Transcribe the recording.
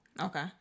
okay